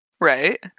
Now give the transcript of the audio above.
Right